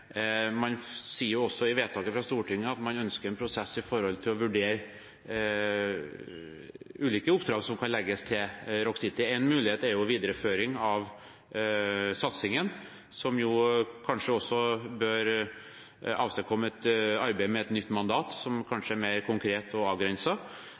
Man sier også i vedtaket fra Stortinget at man ønsker en prosess med tanke på å vurdere ulike oppdrag som kan legges til Rock City. Én mulighet er en videreføring av satsingen, som kanskje også bør avstedkomme et arbeid med et nytt mandat som